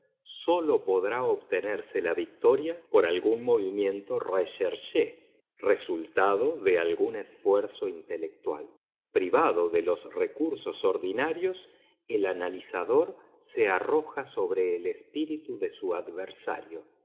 sólo podrá obtenerse la victoria por algún movimiento recherché resultado de algún esfuerzo intelectual privado de los recursos ordinarios el analizador se arroja sobre el espíritu de su adversario